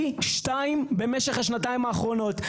פי שתיים במשך השנתיים האחרונות.